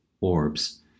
orbs